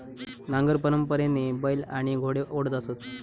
नांगर परंपरेने बैल आणि घोडे ओढत असत